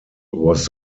was